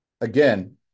Again